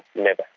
never.